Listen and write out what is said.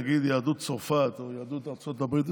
נגיד מיהדות צרפת או מיהדות ארצות הברית,